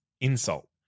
insult